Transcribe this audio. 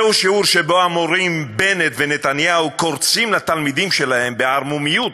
זהו שיעור שבו המורים בנט ונתניהו קורצים לתלמידים שלהם בערמומיות,